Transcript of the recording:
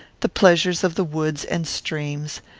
the pleasures of the woods and streams,